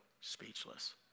speechless